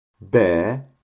bear